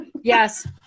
Yes